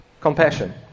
compassion